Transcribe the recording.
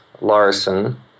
Larson